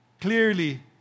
Clearly